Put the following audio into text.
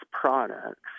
products